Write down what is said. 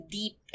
deep